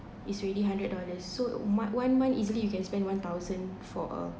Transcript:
is already hundred dollars so mon~ one month easily you can spend one thousand for a